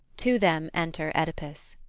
to them enter oedipus.